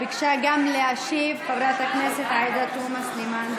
ביקשה גם להשיב, חברת הכנסת עאידה תומא סלימאן.